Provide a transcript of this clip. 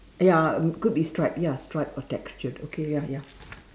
ya um could be striped ya striped or textured okay ya ya